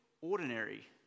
ordinary